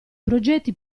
progetti